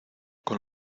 con